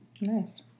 Nice